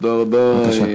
תודה רבה.